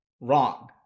wrong